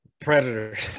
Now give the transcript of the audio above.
Predators